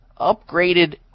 upgraded